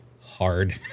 hard